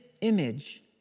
image